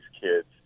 kids